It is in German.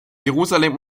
jerusalem